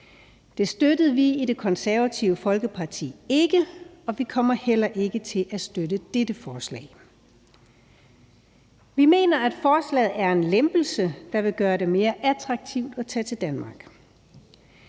Det støttede vi i Det Konservative Folkeparti ikke, og vi kommer heller ikke til at støtte dette forslag. Vi mener, at forslaget er en lempelse, der vil gøre det mere attraktivt at tage til Danmark.